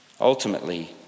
Ultimately